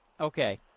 Okay